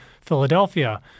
Philadelphia